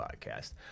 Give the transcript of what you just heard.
podcast